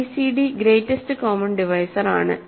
gcd greatest common divisor ആണ്